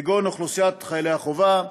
כגון אוכלוסיית חיילי החובה.